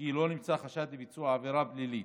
כי לא נמצא חשד לביצוע עבירה פלילית.